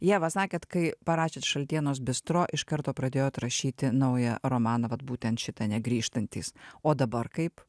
ieva sakėt kai parašėt šaltienos bistro iš karto pradėjot rašyti naują romaną vat būtent šitą negrįžtantys o dabar kaip